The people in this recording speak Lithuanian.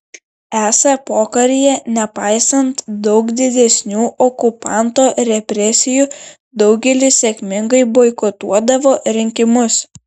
esą pokaryje nepaisant daug didesnių okupanto represijų daugelis sėkmingai boikotuodavo rinkimus